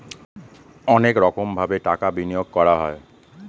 অনেক রকমভাবে টাকা বিনিয়োগ করা হয়